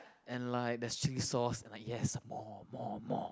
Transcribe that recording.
and like there's chilli sauce like yes more more more